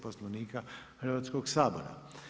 Poslovnika Hrvatskog sabora.